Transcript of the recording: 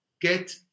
get